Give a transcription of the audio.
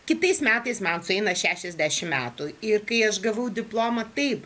kitais metais man sueina šešiasdešim metų ir kai aš gavau diplomą taip